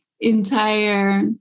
entire